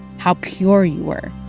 how pure you were